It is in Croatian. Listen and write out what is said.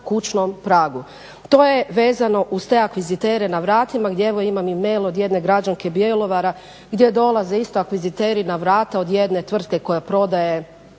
to je vezano uz te akvizitere na vratima gdje, evo imam i mail od jedne građanke Bjelovara gdje dolaze isto akviziteri na vrata od jedne tvrtke koja prodaje